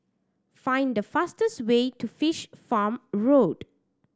find the fastest way to Fish Farm Road